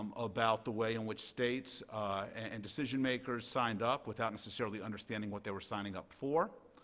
um about the way in which states and decision makers signed up without necessarily understanding what they were signing up for.